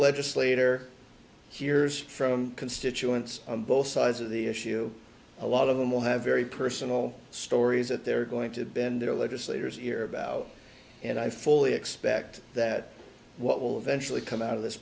legislator hears from constituents on both sides of the issue a lot of them will have very personal stories that they're going to bend their legislators ear about and i fully expect that what will eventually come out of this